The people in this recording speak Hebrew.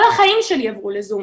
כל החיים שלי עברו לזום.